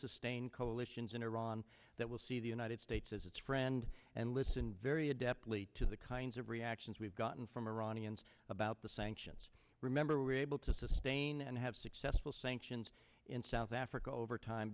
sustain coalitions in iran that will see the united states as its friend and listen very adeptly to the kinds of reactions we've gotten from iranians about the sanctions remember we were able to sustain and have successful sanctions in south africa over time